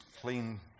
clean